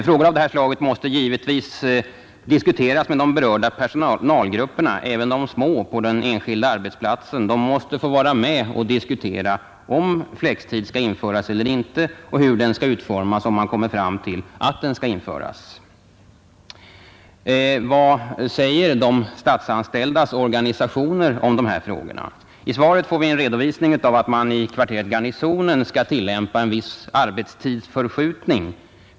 Frågor av detta slag måste givetvis diskuteras med de berörda personalgrupperna — även de små — på den enskilda arbetsplatsen; de måste få vara med och diskutera om flextid skall införas eller inte och hur den skall utformas, om man kommer fram till att den skall införas. Vad säger de statsanställdas organisationer om dessa frågor? I svaret får vi en redovisning av att man i kvarteret Garnisonen skall tillämpa en viss arbetstidsförskjutning.